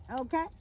okay